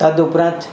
તદઉપરાંત